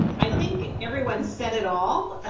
i think everyone said it all.